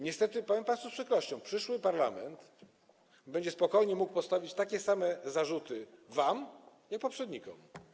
Niestety powiem państwu z przykrością: przyszły parlament będzie mógł spokojnie postawić takie same zarzuty wam jak wy poprzednikom.